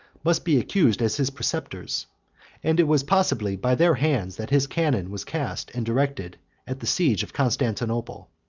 must be accused as his preceptors and it was probably by their hands that his cannon was cast and directed at the siege of constantinople.